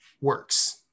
works